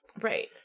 Right